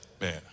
man